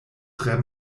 tre